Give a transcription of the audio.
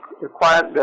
required